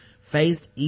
faced